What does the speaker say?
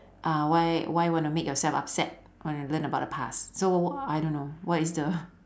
uh why why wanna make yourself upset when you learn about the past so I don't know what is the